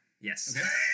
Yes